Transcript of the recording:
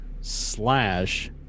slash